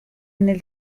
nel